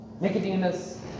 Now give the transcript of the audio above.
Nicodemus